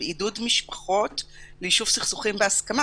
בעידוד משפחות ליישוב סכסוכים בהסכמה